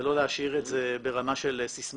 ולא להשאיר את זה ברמה של סיסמאות.